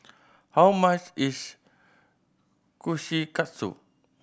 how much is Kushikatsu